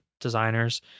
designers